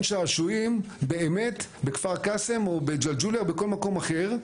שעשועים באמת בכפר קאסם או בג'לג'וליה או בכל מקום אחר,